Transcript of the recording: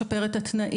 לשפר את התנאים,